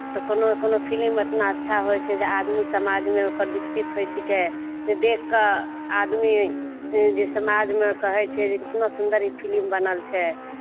तऽ कोनो कोनो फिलिम इतना अच्छा होइ छै जे आदमी समाजमे ओकर विकसित होइ छिकै जे देखि कऽ आदमी जे समाजमे कहै छिकै जे कितना सुन्दर ई फिलिम बनल छै